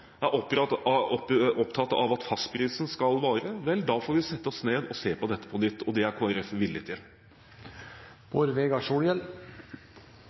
opptatt av at fastprisen skal vare, vel, da får vi sette oss ned og se på dette på nytt. Det er Kristelig Folkeparti villig